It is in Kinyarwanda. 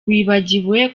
wibagiwe